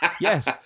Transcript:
Yes